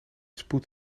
spoed